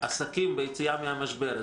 עסקים ביציאה מהמשבר.